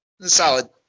solid